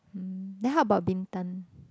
mm then how about Bintan